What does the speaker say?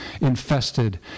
Infested